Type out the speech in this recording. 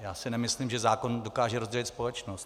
Já si nemyslím, že zákon dokáže rozdělit společnost.